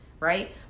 Right